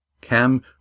Cam